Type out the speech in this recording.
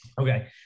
Okay